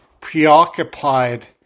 preoccupied